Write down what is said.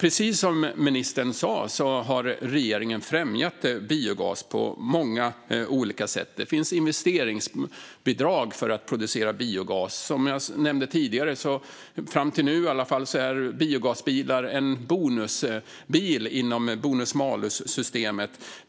Precis som ministern sa har regeringen främjat biogas på många olika sätt. Det finns investeringsbidrag för att producera biogas. Som jag nämnde tidigare är biogasbilar, i alla fram till nu, bonusbilar inom bonus-malus-systemet.